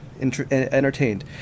entertained